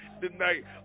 tonight